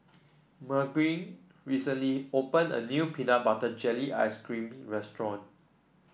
Margurite recently opened a new Peanut Butter Jelly Ice cream restaurant